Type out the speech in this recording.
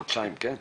חודשיים כן?